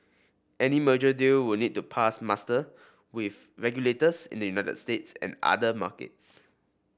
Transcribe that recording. any merger deal would need to pass muster with regulators in the United States and other markets